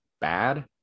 bad